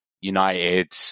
United